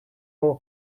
all